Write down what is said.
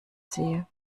sehe